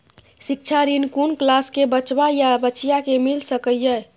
शिक्षा ऋण कुन क्लास कै बचवा या बचिया कै मिल सके यै?